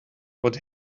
what